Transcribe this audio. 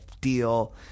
deal